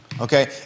okay